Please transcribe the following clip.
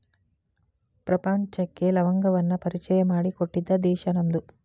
ಪ್ರಪಂಚಕ್ಕೆ ಲವಂಗವನ್ನಾ ಪರಿಚಯಾ ಮಾಡಿಕೊಟ್ಟಿದ್ದ ದೇಶಾ ನಮ್ದು